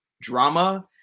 drama